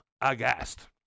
aghast